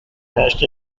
nest